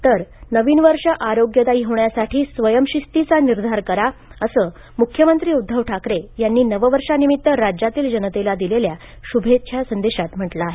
तर नवीन वर्ष आरोग्यदायी होण्यासाठी स्वयंशिस्तिचा निर्धार करा असं मुख्यमंत्री उध्दव ठाकरे यांनी नववर्षानिमित्त राज्यातील जनतेला दिलेल्या शुभेच्छा संदेशात म्हटलं आहे